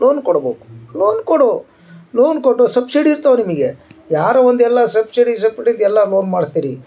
loan ಕೊಡ್ಬಕು loan ಕೊಡು loan ಕೊಟ್ಟು ಸಬ್ಸಿಡಿ ಇರ್ತಾವ ನಿಮಗೆ ಯಾರೋ ಒಂದು ಎಲ್ಲ ಸಬ್ಸಿಡಿ ಸಬ್ಸಿಡಿಗ ಎಲ್ಲ ಲೋನ್ ಮಾಡ್ಸ್ತಾರ ರೀ